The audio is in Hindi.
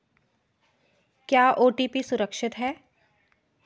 क्या ओ.टी.पी सुरक्षित है?